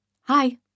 Hi